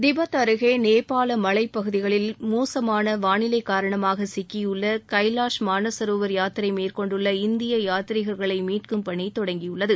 Tibet அருகே நேபாள மலைப்பகுதிகளில் மோசமான வானிலை காரணமாக சிக்கியுள்ள கைலாஷ் மானசரோவர் யாத்திரை மேற்கொண்டுள்ள இந்திய யாதீரீகா்களை மீட்கும் பணி தொடங்கியுள்ளது